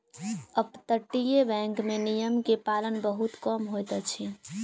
अपतटीय बैंक में नियम के पालन बहुत कम होइत अछि